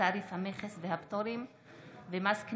אז אנחנו גם סומכים עלייך,